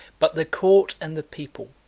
but the court and the people,